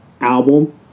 album